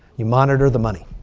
you monitor the money.